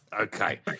Okay